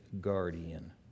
guardian